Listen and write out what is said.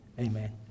Amen